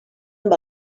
amb